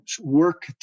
work